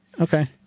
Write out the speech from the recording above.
Okay